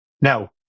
Now